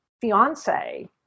fiance